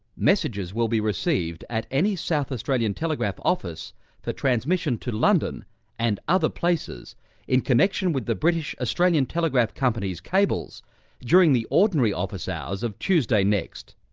messages will be received at any south australian telegraph office for transmission to london and other places in connection with the british australian telegraph company's cables during the ordinary office hours of tuesday next.